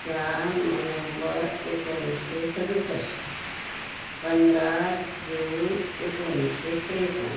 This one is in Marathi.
चार नोहेंबर एकोणीसशे सदुसष्ट पंधरा जून एकोणीसशे त्रेपन्न